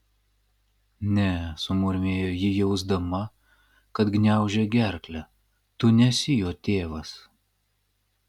ne sumurmėjo ji jausdama kad gniaužia gerklę tu nesi jo tėvas